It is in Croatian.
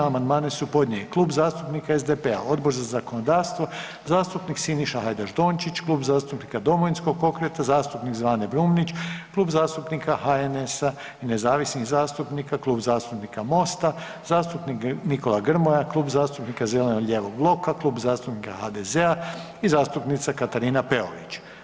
Amandmane su podnijeli Klub zastupnika SDP-a, Odbor za zakonodavstvo, zastupnik Siniša Hajdaš Dončić, Klub zastupnika Domovinskog pokreta, zastupnik Zvane Brumnić, Klub zastupnika HNS-a i nezavisnih zastupnika, Klub zastupnika MOST-a, zastupnik Nikola Grmoja, Klub zastupnika zeleno-lijevog bloka, Klub zastupnika HDZ-a i zastupnica Katarina Peović.